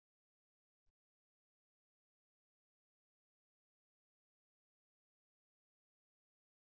lumped elements ఉపయోగించి మనము రెండు కాన్ఫిగరేషన్ల గురించి చర్చించాము ఒకటి లో పాస్ నెట్వర్క్ మరొకటి హై పాస్ నెట్వర్క్ పరిగణించాము